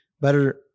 better